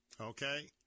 okay